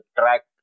track